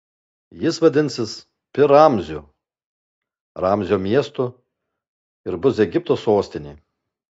jis vadinsis pi ramziu ramzio miestu ir bus egipto sostinė